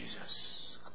Jesus